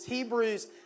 Hebrews